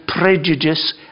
prejudice